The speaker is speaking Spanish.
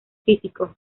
físico